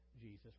Jesus